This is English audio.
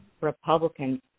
Republicans